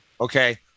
Okay